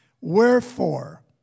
Wherefore